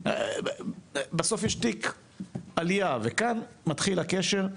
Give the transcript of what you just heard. בסוף יש תיק עלייה, וכאן מתחיל הקשר.